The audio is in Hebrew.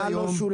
מה לא שולם?